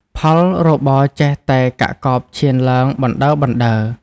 ផលរបរចេះតែកាក់កបឈានឡើងបណ្តើរៗ។